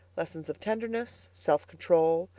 lessons of tenderness, self-control,